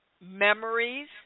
memories